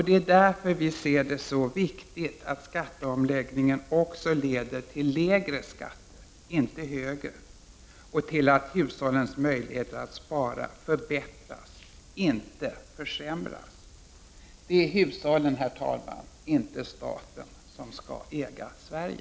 Det är därför vi ser det som så viktigt att skatteomläggningen också leder till lägre skatter, inte till högre, och att omläggningen vidare leder till att hushållens möjligheter att spara förbättras, inte försämras. Det är, herr talman, hushållen och inte staten, som skall äga Sverige.